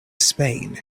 spain